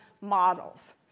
models